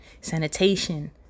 sanitation